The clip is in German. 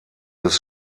des